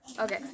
Okay